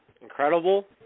incredible